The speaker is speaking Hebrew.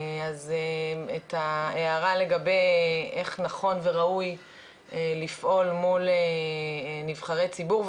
אז את ההערה לגבי איך נכון וראוי לפעול מול נבחרי ציבור,